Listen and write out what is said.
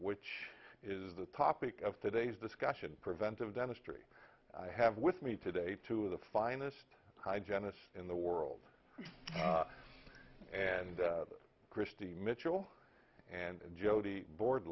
which is the topic of today's discussion preventive dentistry i have with me today two of the finest hi janice in the world and christy mitchell and jody bord